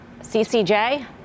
ccj